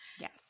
Yes